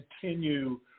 continue